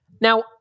Now